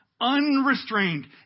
Unrestrained